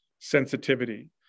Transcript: sensitivity